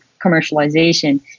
commercialization